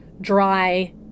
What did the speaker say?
dry